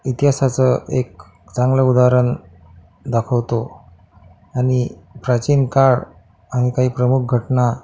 इतिहासाचं एक चांगलं उदाहरण दाखवतो आणि प्राचीन काळ आणि काही प्रमुख घटना